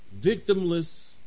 victimless